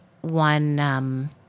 One